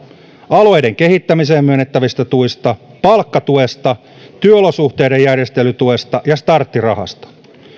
alueiden kehittämiseen myönnettävistä tuista palkkatuesta työolosuhteiden järjestelytuesta ja starttirahasta